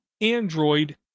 Android